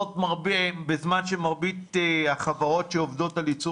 זה בזמן שמרבית החברות שעובדות על ייצור